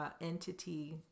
entity